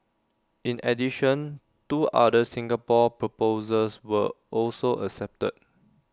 in addition two other Singapore proposals were also accepted